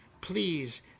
Please